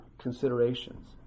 considerations